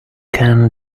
can